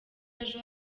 ejo